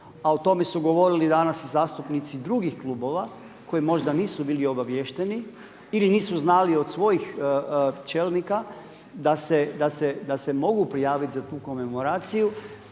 a o tome su govorili danas i zastupnici drugih klubova koji možda nisu bili obavješteni ili nisu znali od svojih čelnika da se mogu prijaviti za tu komemoraciju